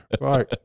right